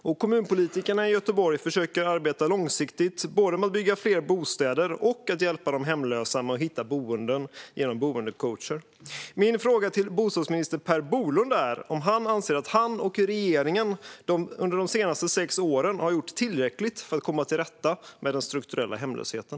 Kommunpolitikerna i Göteborg försöker arbeta långsiktigt med att både bygga fler bostäder och hjälpa de hemlösa att hitta boenden genom boendecoacher. Min fråga till bostadsminister Per Bolund är om han anser att han och regeringen under de senaste sex åren har gjort tillräckligt för att komma till rätta med den strukturella hemlösheten.